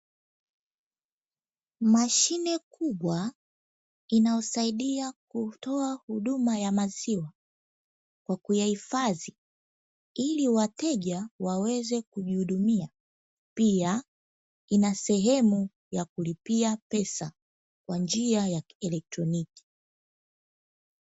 Mashine kubwa inayosaidia kutoa huduma ya maziwa, kwa kuyahifadhi ili wateja waweze kujihudumia, pia ina sehemu ya kulipia pesa kwa njia ya kielektroniki.